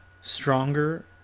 stronger